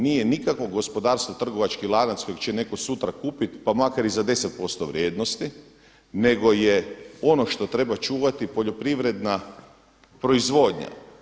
Nije nikakvo gospodarstvo trgovački lanac kojeg će sutra netko kupit pa makar i za 10% vrijednosti, nego je ono što treba čuvati poljoprivredna proizvodnja.